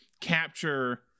capture